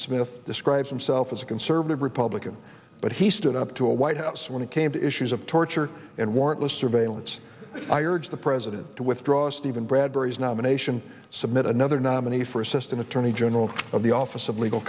smith describes himself as a conservative republican but he stood up to a white house when it came to issues of torture and warrantless surveillance i urged the president to withdraw stephen bradbury's nomination submit another nominee for assistant attorney general of the office of legal